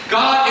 God